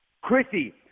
Chrissy